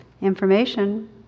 Information